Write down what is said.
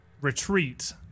retreat